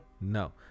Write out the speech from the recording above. no